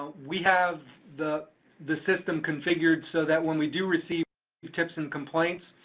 ah we have the the system configured so that when we do receive tips and complaints,